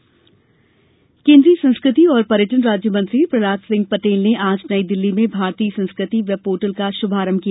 संस्कृति पोर्टल केंद्रीय संस्कृति और पर्यटन राज्य मंत्री प्रहलाद सिंह पटेल ने आज नई दिल्ली में भारतीय संस्कृति वेब पोर्टल का शुभारंभ किया